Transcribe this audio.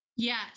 Yes